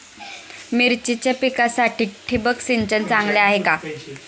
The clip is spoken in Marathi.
मिरचीच्या पिकासाठी ठिबक सिंचन चांगले आहे का?